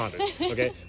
okay